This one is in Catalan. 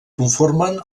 conformen